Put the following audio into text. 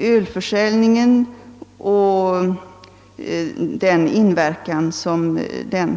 ölförsäljningen kan ha i detta sammanhang.